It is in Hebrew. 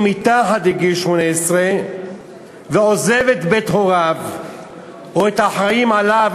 מתחת לגיל 18 ועוזב את בית הוריו או את האחראים לו,